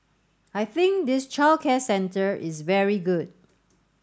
I think this childcare centre is very good